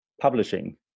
publishing